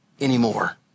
anymore